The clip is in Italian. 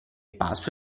passo